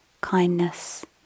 kindness